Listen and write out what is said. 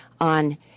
on